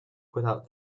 without